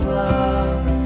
love